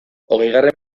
hogeigarren